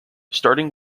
starting